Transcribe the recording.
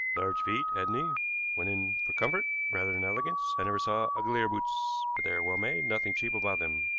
large feet, hadn't he? went in for comfort rather than elegance. i never saw uglier boots. but they are well made, nothing cheap about them.